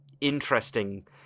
interesting